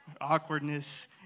awkwardness